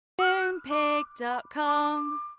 Moonpig.com